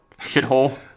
Shithole